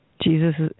Jesus